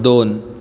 दोन